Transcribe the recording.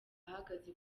ahagaze